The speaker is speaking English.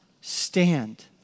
stand